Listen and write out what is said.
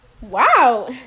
Wow